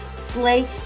slay